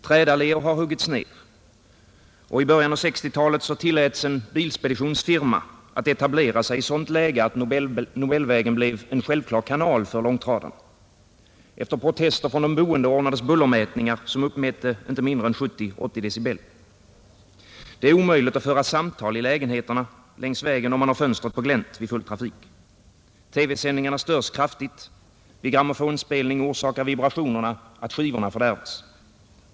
Trädallger har huggits ner. I början av 1960-talet tilläts en bilspeditionsfirma att etablera sig i sådant läge att Nobelvägen blev en självklar kanal för långtradarna. Efter protester från de boende ordnades bullermätningar som uppmätte inte mindre än 70—80 decibel. Det är omöjligt att föra samtal i lägenheterna längs vägen om man har fönstret på glänt vid full trafik. TV-sändningarna störs kraftigt. Vid grammofonspelning orsakar vibrationerna att skivorna fördärvas.